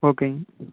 ஓகேங்க